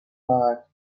night